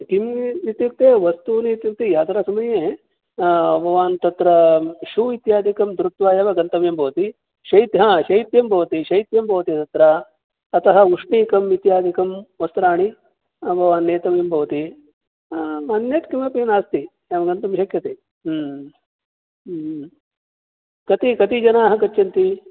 किं इत्युक्ते वस्तूनि इत्युक्ते यात्रासमये भवान् तत्र शू इत्यादिकं धृत्वा एव गन्तव्यं भवति शैत् शैत्यं भवति शैत्यं भवति तत्र अतः ऊष्णीकं इत्यादिकं वस्त्राणि भवान् नेतव्यं भवति अन्यत् किमपि नास्ति गन्तुं शक्यते कति कति जनाः गच्छन्ति